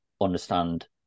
understand